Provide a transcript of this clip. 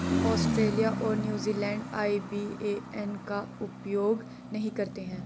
Australia और New Zealand IBAN का उपयोग नहीं करते हैं